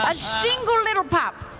ah single little pop.